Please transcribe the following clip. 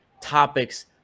topics